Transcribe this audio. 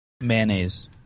Mayonnaise